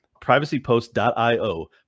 PrivacyPost.io